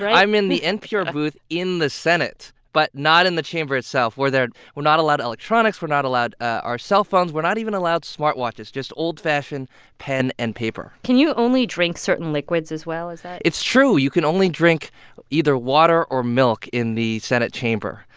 i'm in the npr booth in the senate but not in the chamber itself, where there we're not allowed electronics. we're not allowed our cellphones. we're not even allowed smartwatches, just old-fashioned pen and paper can you only drink certain liquids as well? is that. it's true. you can only drink either water or milk in the senate chamber.